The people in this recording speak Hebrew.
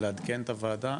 לעדכן את הוועדה,